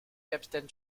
capitaine